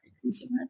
consumers